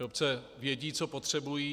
Obce věcí, co potřebují.